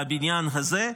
בבניין הזה.